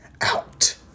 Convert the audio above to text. out